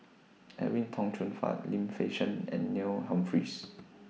Edwin Tong Chun Fai Lim Fei Shen and Neil Humphreys